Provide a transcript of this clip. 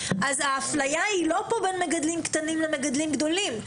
האפליה היא לא בין מגדלים קטנים למגדלים גדולים,